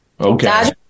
Okay